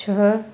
छह